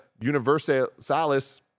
Universalis